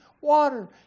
water